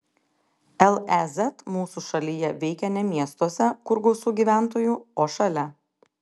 lez mūsų šalyje veikia ne miestuose kur gausu gyventojų o šalia